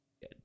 Good